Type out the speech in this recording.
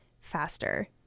faster